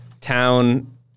Town